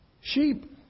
Sheep